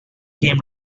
came